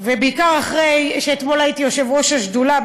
ובעיקר אחרי שאתמול הייתי יושבת-ראש ישיבת השדולה,